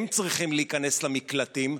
הם צריכים להיכנס למקלטים,